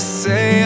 say